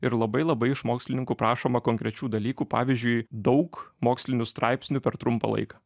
ir labai labai iš mokslininkų prašoma konkrečių dalykų pavyzdžiui daug mokslinių straipsnių per trumpą laiką